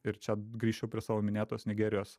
ir čia grįšiu prie savo minėtos nigerijos